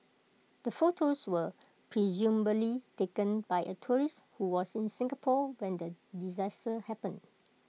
the photos were presumably taken by A tourist who was in Singapore when the disaster happened